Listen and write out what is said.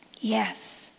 Yes